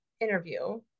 interview